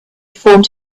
formed